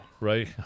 right